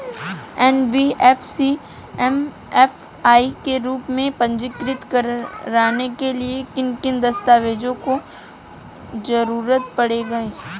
NBFC MFI के रूप में पंजीकृत कराने के लिए किन किन दस्तावेजों की जरूरत पड़ेगी?